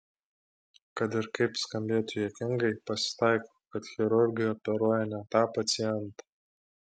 kad ir kaip skambėtų juokingai pasitaiko kad chirurgai operuoja ne tą pacientą